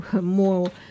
more